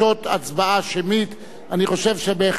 אני חושב שבהחלט ההצבעה השמית ראויה,